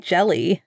Jelly